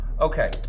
Okay